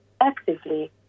actively